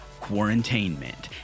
Quarantainment